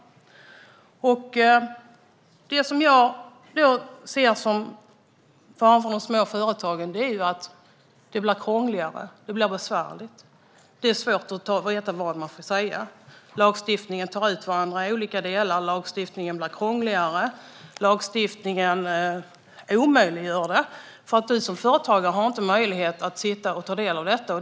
Men det blir krångligare och besvärligare för de små företagen. Det är svårt att veta vad man får säga. Lagstiftningen är motstridig i olika delar, och lagstiftningen blir krångligare. Företagaren har inte möjlighet att ta del av alla delar.